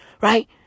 right